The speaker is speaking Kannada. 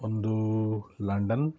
ಒಂದು ಲಂಡನ್